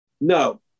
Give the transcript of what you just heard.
No